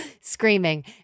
screaming